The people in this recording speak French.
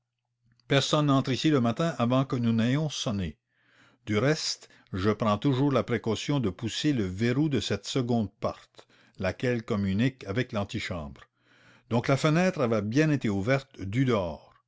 personne n'entre ici le matin d'ailleurs je prends toujours la précaution de pousser le verrou de cette seconde porte laquelle communique avec l'antichambre donc la fenêtre avait été bien ouverte du dehors